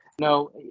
no